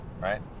right